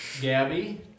Gabby